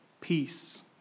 Peace